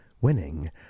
winning